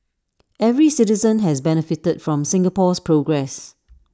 every citizen has benefited from Singapore's progress